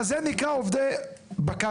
אז זה נקרא עובדי בקרה.